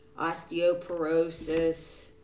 osteoporosis